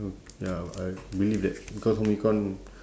ya I believe that because home econ